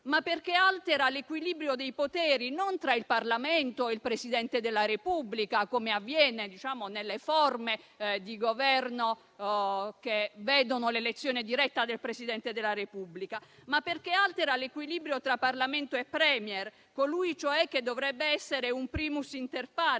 ma perché altera l'equilibrio dei poteri non tra il Parlamento e il Presidente della Repubblica, come avviene nelle forme di governo che vedono l'elezione diretta del Presidente della Repubblica, ma perché altera l'equilibrio tra Parlamento e *Premier*, colui cioè che dovrebbe essere un *primus inter pares*